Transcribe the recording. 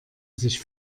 sich